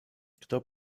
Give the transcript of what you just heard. kto